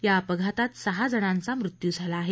या अपघातात सहा जणांचा मृत्यू झाला आहे